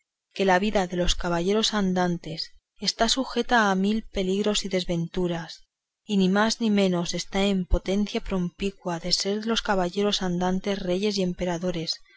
que la vida de los caballeros andantes está sujeta a mil peligros y desventuras y ni más ni menos está en potencia propincua de ser los caballeros andantes reyes y emperadores